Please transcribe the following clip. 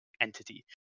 entity